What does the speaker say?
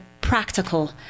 practical